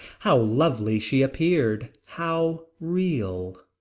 how lovely she appeared. how real.